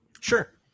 Sure